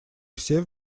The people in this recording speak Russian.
все